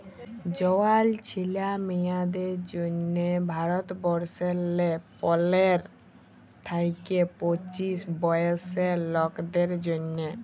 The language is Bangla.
জয়াল ছিলা মিঁয়াদের জ্যনহে ভারতবর্ষলে পলের থ্যাইকে পঁচিশ বয়েসের লকদের জ্যনহে